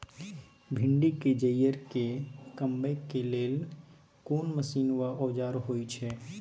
भिंडी के जईर के कमबै के लेल कोन मसीन व औजार होय छै?